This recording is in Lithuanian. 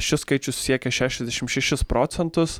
šis skaičius siekia šešiasdešim šešis procentus